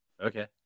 okay